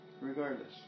Regardless